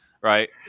right